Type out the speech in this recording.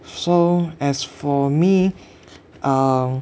so as for me I'm